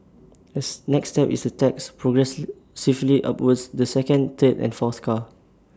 next step is A tax progressively upwards the second third and fourth car